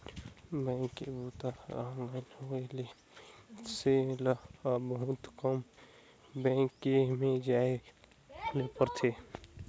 bank के बूता हर ऑनलाइन होए ले मइनसे ल अब बहुत कम बेंक में जाए ले परथे